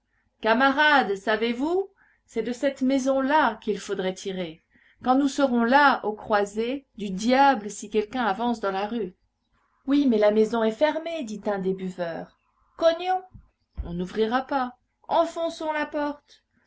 camarades savez-vous c'est de cette maison-là qu'il faudrait tirer quand nous serons là aux croisées du diable si quelqu'un avance dans la rue oui mais la maison est fermée dit un des buveurs cognons on n'ouvrira pas enfonçons la porte